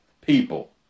people